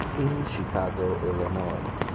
in chicago, illinois.